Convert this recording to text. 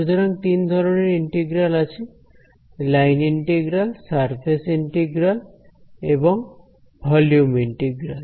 সুতরাং তিন ধরনের ইন্টিগ্রাল আছে লাইন ইন্টিগ্রাল সারফেস ইন্টিগ্রাল এবং ভলিউম ইন্টিগ্রাল